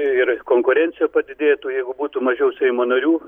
ir konkurencija padidėtų jeigu būtų mažiau seimo narių